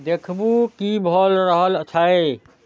देखू की भऽ रहल छै